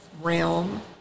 realm